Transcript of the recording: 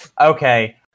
Okay